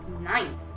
Nine